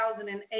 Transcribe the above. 2008